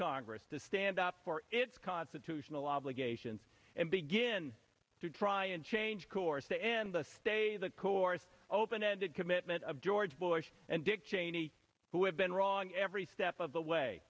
congress to stand up for its constitutional obligations and begin to try and change the stay the course open ended commitment of george bush and dick cheney who have been wrong every step of the way